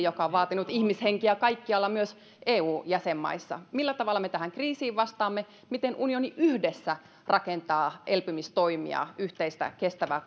joka on vaatinut ihmishenkiä kaikkialla myös eu jäsenmaissa millä tavalla me tähän kriisiin vastaamme miten unioni yhdessä rakentaa elpymistoimia yhteistä kestävää